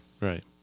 Right